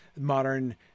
modern